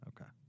Okay